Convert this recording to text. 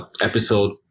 episode